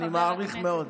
אני מעריך מאוד.